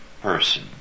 person